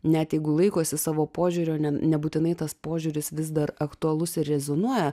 net jeigu laikosi savo požiūrio ne nebūtinai tas požiūris vis dar aktualus ir rezonuoja